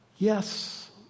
Yes